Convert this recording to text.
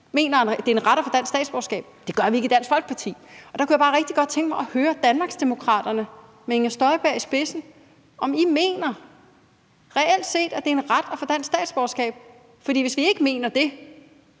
flere andre synes, vil jeg sige, at det gør man ikke i Dansk Folkeparti. Der kunne jeg bare rigtig godt tænke mig at høre Danmarksdemokraterne med Inger Støjberg i spidsen, om I reelt set mener, at det er en ret at få dansk statsborgerskab? For hvis I ikke mener det,